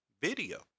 video